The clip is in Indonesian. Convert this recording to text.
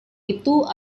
itu